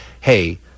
Hey